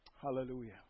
Hallelujah